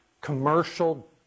commercial